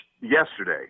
yesterday